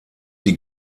die